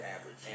average